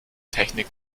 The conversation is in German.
technik